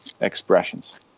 expressions